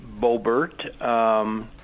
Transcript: Bobert